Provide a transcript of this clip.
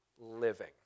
living